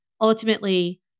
ultimately